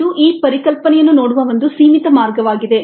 ಇದು ಈ ಪರಿಕಲ್ಪನೆಯನ್ನು ನೋಡುವ ಒಂದು ಸೀಮಿತ ಮಾರ್ಗವಾಗಿದೆ